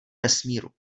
vesmíru